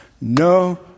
No